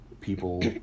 People